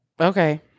Okay